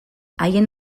haien